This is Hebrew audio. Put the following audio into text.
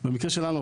במקרה שלנו,